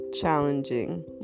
Challenging